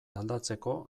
aldatzeko